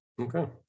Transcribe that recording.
Okay